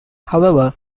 however